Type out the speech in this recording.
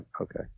Okay